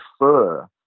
prefer